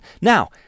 Now